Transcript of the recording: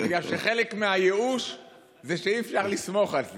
בגלל שחלק מהייאוש זה שאי-אפשר לסמוך על זה.